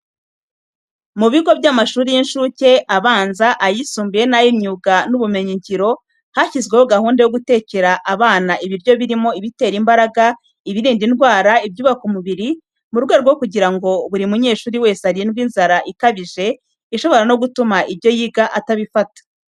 Mu bigo by'amashuri y'incuke, abanza, ayisumbuye n'ay'imyuga n'ubumenyingiro, hashyizweho gahunda yo gutekera abanyeshuri ibiryo birimo ibitera imbaraga, ibirinda indwara, ibyubaka umubiri, mu rwego rwo kugira ngo buri munyeshuri wese arindwe inzara ikabije ishobora no gutuma ibyo yiga atabifata.